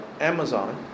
Amazon